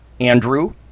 Andrew